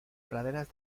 praderas